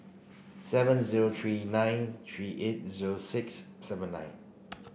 seven zero three nine three eight zero six seven nine